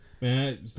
Man